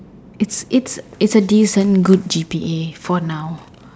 it's it's it's a decent good G_P_A for now